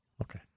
okay